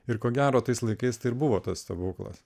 ir ko gero tais laikais tai buvo tas stebuklas